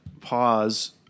pause